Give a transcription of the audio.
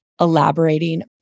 elaborating